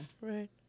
Right